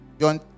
John